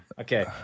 Okay